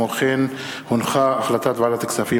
החלטת ועדת הכספים,